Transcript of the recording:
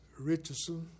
Richardson